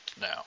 now